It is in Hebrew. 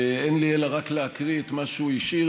שאין לי אלא רק להקריא את מה שהוא השאיר